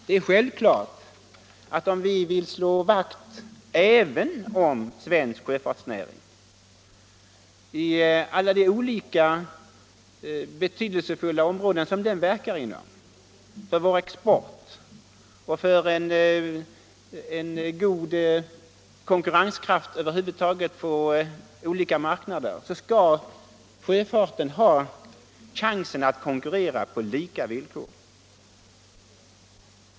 Det är självklart att vill vi slå vakt också om svensk sjöfartsnäring på de olika, betydelsefulla områden den verkar inom — för vår export och för en god konkurrenskraft över huvud taget på olika marknader —- skall sjöfarten ha chans att konkurrera på lika villkor.